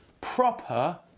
proper